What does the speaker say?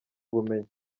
bumenyi